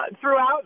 throughout